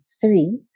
three